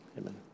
amen